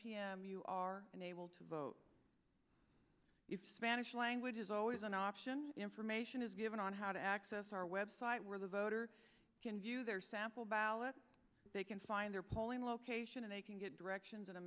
m you are unable to vote if spanish language is always an option information is given on how to access our website where the voter can view their sample ballot they can find their polling location and they can get directions